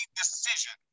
decision